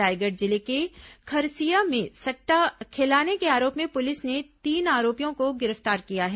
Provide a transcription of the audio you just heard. रायगढ़ जिले के खरसिया में सट्टा खेलाने के आरोप में पुलिस ने तीन आरोपियों को गिरफ्तार किया है